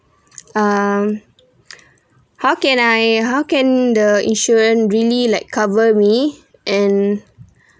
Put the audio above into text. um how can I how can the insurance really like cover me and